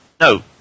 No